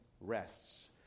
rests